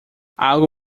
algo